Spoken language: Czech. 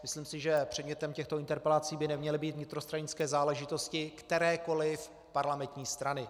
Myslím si, že předmětem těchto interpelací by neměly být vnitrostranické záležitosti kterékoliv parlamentní strany.